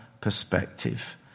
perspective